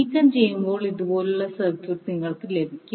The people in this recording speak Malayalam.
നീക്കംചെയ്യുമ്പോൾ ഇതുപോലുള്ള സർക്യൂട്ട് നിങ്ങൾക്ക് ലഭിക്കും